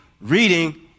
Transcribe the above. reading